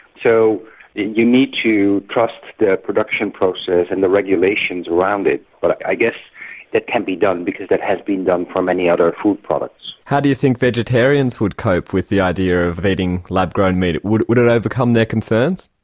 so you need to trust the production process and the regulations around it, but i guess it can be done because it has been done for many other food products. how do you think vegetarians would cope with the idea of eating lab-grown meat? would would it overcome their concerns?